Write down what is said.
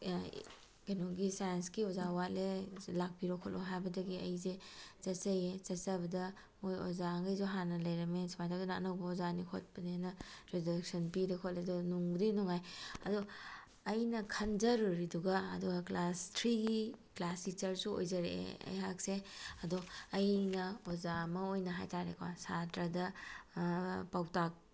ꯀꯩꯅꯣꯒꯤ ꯁꯥꯏꯟꯀꯤ ꯑꯣꯖꯥ ꯋꯥꯠꯂꯦ ꯂꯥꯛꯄꯤꯔꯣ ꯈꯣꯠꯂꯣ ꯍꯥꯏꯕꯗꯒꯤ ꯑꯩꯁꯦ ꯆꯠꯆꯩꯌꯦ ꯆꯠꯆꯕꯗ ꯃꯣꯏ ꯑꯣꯖꯥꯉꯩꯁꯨ ꯍꯥꯟꯅ ꯂꯩꯔꯝꯃꯦ ꯁꯨꯃꯥꯏꯅ ꯇꯧꯗꯅ ꯑꯅꯧꯕ ꯑꯣꯖꯥꯅꯤ ꯈꯣꯠꯄꯅꯦꯅ ꯏꯟꯇꯔꯗꯛꯁꯟ ꯄꯤꯔꯦ ꯈꯣꯠꯂꯦ ꯑꯗꯣ ꯅꯨꯡꯕꯨꯗꯤ ꯅꯨꯡꯉꯥꯏ ꯑꯗꯣ ꯑꯩꯅ ꯈꯟꯖꯔꯨꯔꯤꯗꯨꯒ ꯑꯗꯨꯒ ꯀ꯭ꯂꯥꯁ ꯊ꯭ꯔꯤꯒꯤ ꯀ꯭ꯂꯥꯁ ꯇꯤꯆꯔꯁꯨ ꯑꯣꯏꯖꯔꯛꯑꯦ ꯑꯩꯍꯥꯛꯁꯦ ꯑꯗꯣ ꯑꯩꯅ ꯑꯣꯖꯥ ꯑꯃ ꯑꯣꯏꯅ ꯍꯥꯏꯇꯥꯔꯦꯀꯣ ꯁꯥꯇ꯭ꯔꯗ ꯄꯥꯎꯇꯥꯛ